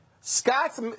Scott's